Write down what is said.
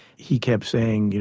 he kept saying,